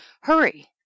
hurry